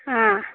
ꯑꯥ